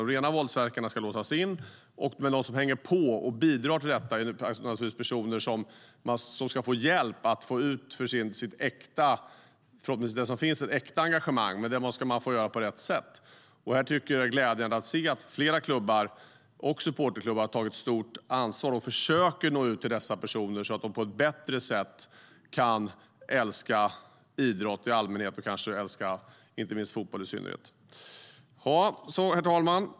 De rena våldsverkarna ska låsas in, men de som hänger på och bidrar till detta ska få hjälp att få ut det förhoppningsvis äkta engagemang som finns, och det måste man få göra på rätt sätt. Jag tycker att det är glädjande att se att flera klubbar och supporterklubbar tar ett stort ansvar och försöker nå ut till dessa personer så att de på ett bättre sätt kan älska idrott i allmänhet och kanske fotboll i synnerhet. Herr talman!